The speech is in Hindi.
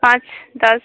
पाँच दस